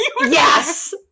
yes